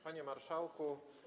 Panie Marszałku!